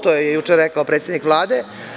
To je juče rekao predsednik Vlade.